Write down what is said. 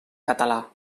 català